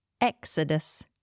Exodus